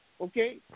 Okay